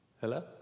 Hello